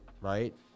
right